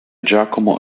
giacomo